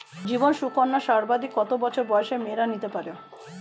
জীবন সুকন্যা সর্বাধিক কত বছর বয়সের মেয়েরা নিতে পারে?